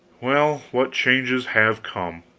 well, what changes have come!